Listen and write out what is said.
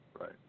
Right